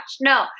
no